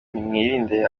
mwirinde